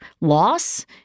loss